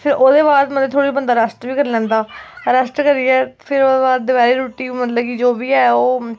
ते फिर ओह्दे बाद मतलब कि बंदा रैस्ट बी करी लैंदा रैस्ट करीयै फिर दपैह्री रुट्टी मतलब कि जो बी ऐ